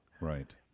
Right